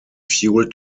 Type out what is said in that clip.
fuel